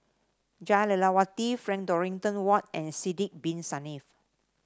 Jah Lelawati Frank Dorrington Ward and Sidek Bin Saniff